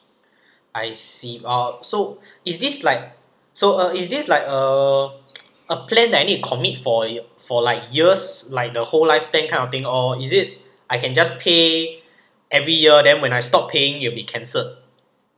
I see uh so is this like so uh is this like a a plan that I need to commit for for like years like the whole life that kind of thing or is it I can just pay every year then when I stop paying it will be cancelled